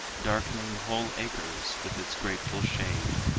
darkening whole acres with its grateful shade,